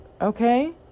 okay